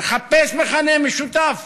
לחפש מכנה משותף